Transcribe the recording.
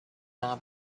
mab